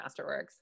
masterworks